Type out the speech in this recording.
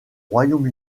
royaume